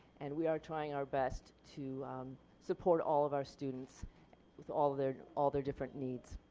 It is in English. and we are trying our best to support all of our students with all their all their different needs.